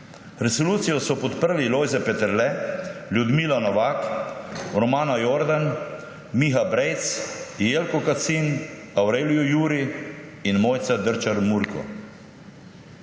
Resolucijo so podprli: Lojze Peterle, Ljudmila Novak, Romana Jordan, Miha Brejc, Jelko Kacin, Aurelio Juri in Mojca Drčar Murko.